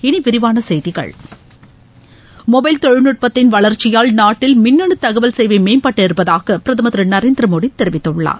இனி விரிவான செய்திகள் மொடைல் தொழில்நுட்பத்தின் வளர்ச்சியால் நாட்டில் மின்னணு தகவல் சேவை மேம்பட்டிருப்பதாக பிரதமர் திரு நரேந்திர மோடி தெரிவித்துள்ளார்